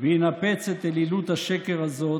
וינפץ את אלילות השקר הזאת,